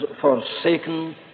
forsaken